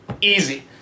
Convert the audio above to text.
Easy